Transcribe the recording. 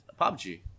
PUBG